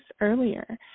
earlier